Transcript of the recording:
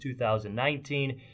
2019